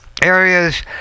Areas